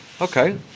Okay